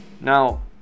now